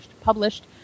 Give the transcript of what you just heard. published